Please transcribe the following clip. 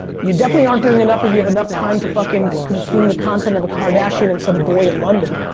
you definitely aren't doing enough if you have enough time to fucking consume the content of a kardashian and some boy in london.